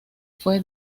fue